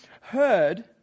heard